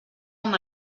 amb